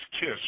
Kiss